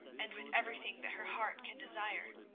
and with everything that her heart can desire.